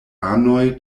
anoj